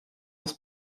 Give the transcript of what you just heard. das